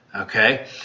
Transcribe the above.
okay